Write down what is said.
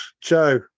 Joe